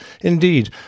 Indeed